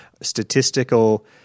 statistical